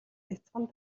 бяцхан